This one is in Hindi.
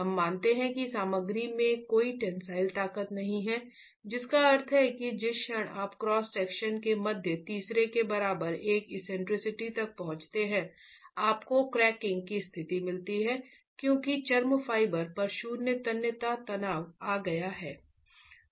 हम मानते हैं कि सामग्री में कोई टेंसिल ताकत नहीं है जिसका अर्थ है कि जिस क्षण आप क्रॉस सेक्शन के मध्य तीसरे के बराबर एक एक्सेंट्रिसिटी तक पहुंचते हैं आपको क्रैकिंग की स्थिति मिलती है क्योंकि चरम फाइबर पर शून्य तन्यता तनाव आ गया है